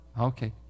Okay